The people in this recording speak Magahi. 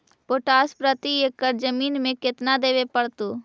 पोटास प्रति एकड़ जमीन में केतना देबे पड़तै?